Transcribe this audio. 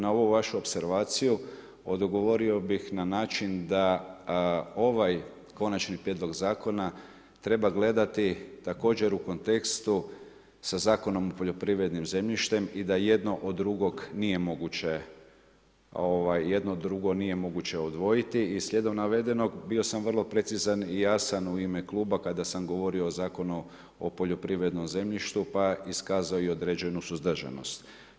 Na ovu vašu opservaciju odgovorio bih na način da ovaj konačni prijedlog zakona treba gledati također u kontekstu sa Zakonom o poljoprivrednim zemljištem i da jedno od drugog nije moguće odvojiti i slijedom navedenog, bio sam vrlo precizan i jasan u ime kluba kada sam govorio o Zakonu o poljoprivrednom zemljištu pa iskazao i određenu suzdržanost.